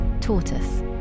Tortoise